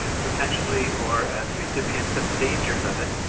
potentially or as recipients of the dangers of it,